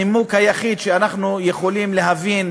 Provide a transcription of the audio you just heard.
הנימוק היחיד שאנחנו יכולים להבין